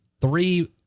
three